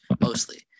mostly